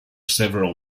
several